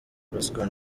pacson